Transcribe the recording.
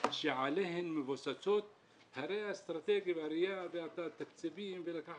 עליהן מבוססות הראייה התקציבית והאסטרטגית.